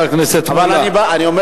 חבר הכנסת מולה,